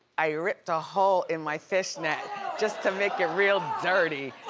i ripped a hole in my fishnet just to make it real dirty.